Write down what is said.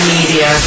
Media